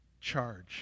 charge